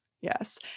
Yes